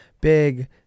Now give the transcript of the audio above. big